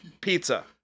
Pizza